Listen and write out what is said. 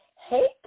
hey